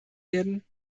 werden